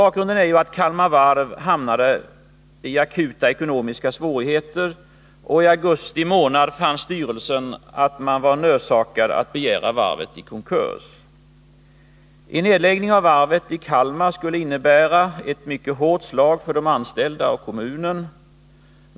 Bakgrunden är att Kalmar Varv hamnade i akuta ekonomiska svårigheter. I augusti månad fann styrelsen att man var nödsakad att begära varvet i konkurs. En nedläggning av varvet i Kalmar skulle innebära ett mycket hårt slag för de anställda och för kommunen.